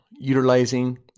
utilizing